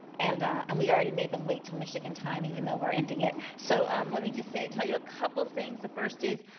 and and we already made them wait til michigan time, even though we're ending it. so um let me just tell you a couple things. the first is,